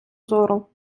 зору